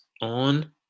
on